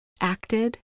acted